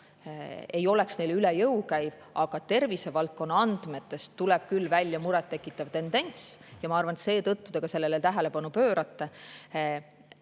ei oleks neile üle jõu käiv. Aga tervisevaldkonna andmetest tuleb küll välja muret tekitav tendents ja ma arvan, et seetõttu te ka sellele tähelepanu pöörate.